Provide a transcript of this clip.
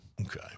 Okay